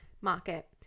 market